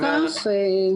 אומר כמה